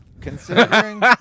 considering